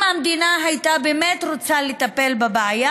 אם המדינה הייתה באמת רוצה לטפל בבעיה,